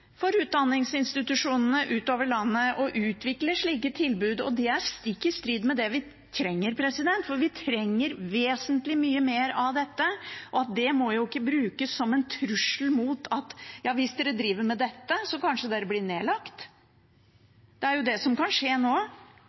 for, blir det jo skummelt for utdanningsinstitusjonene utover landet å utvikle slike tilbud. Det er også stikk i strid med det vi trenger. Vi trenger vesentlig mye mer av dette, og det må ikke brukes som en trussel at hvis man driver med dette, blir man kanskje nedlagt. Det er det som kan skje nå.